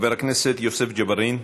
חבר הכנסת יוסף ג'בארין.